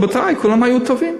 רבותי, כולם היו טובים.